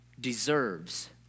deserves